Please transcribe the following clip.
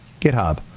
GitHub